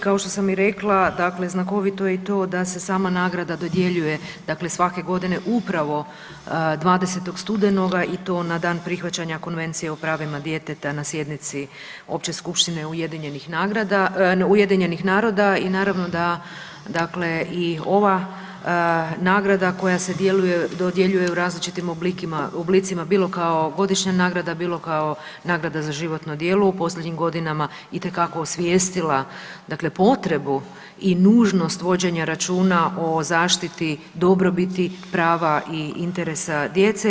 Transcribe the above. Kao što sam i rekla, dakle znakovito je i to da se sama nagrada dodjeljuje, dakle svake godine upravo 20. studenoga i to na dan prihvaćanja Konvencije o pravima djeteta na sjednici Opće Skupštine Ujedinjenih naroda i naravno da, dakle i ova nagrada koja se dodjeljuje u različitim oblicima bilo kao godišnja nagrada, bilo kao nagrada za životno djelo u posljednjim godinama itekako osvijestila, dakle potrebu i nužnost vođenja računa o zaštiti dobrobiti prava i interesa djece.